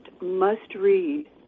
must-read